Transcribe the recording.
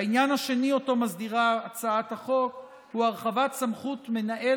העניין השני שאותו מסדירה הצעת החוק הוא הרחבת סמכות מנהל